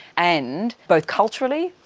and both culturally,